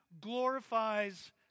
glorifies